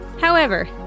However